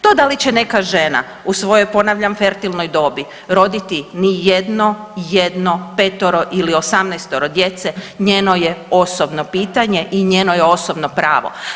To da li će neka žena u svojoj ponavljam fertilnoj dobi roditi ni jedno, jedno, petoro ili 18 djece njeno je osobno pitanje i njeno je osobno pravo.